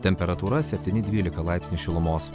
temperatūra septyni dvylika laipsnių šilumos